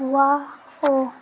wow